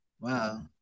Wow